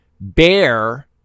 Bear